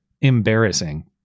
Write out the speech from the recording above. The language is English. embarrassing